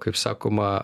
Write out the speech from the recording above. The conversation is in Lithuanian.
kaip sakoma